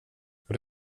och